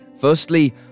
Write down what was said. Firstly